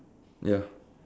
ya